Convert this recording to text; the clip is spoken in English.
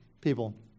people